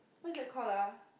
what is that call ah